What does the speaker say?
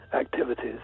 activities